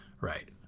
Right